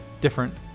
Different